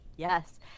Yes